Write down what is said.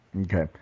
okay